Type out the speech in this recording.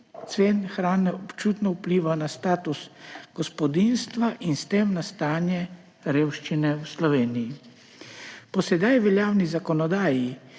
cen hrane občutno vpliva na status gospodinjstva in s tem na stanje revščine v Sloveniji. Po sedaj veljavni zakonodaji